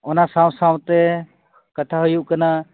ᱚᱱᱟ ᱥᱟᱶᱼᱥᱟᱶᱛᱮ ᱠᱟᱛᱷᱟ ᱦᱩᱭᱩᱜ ᱠᱟᱱᱟ